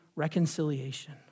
reconciliation